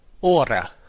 ora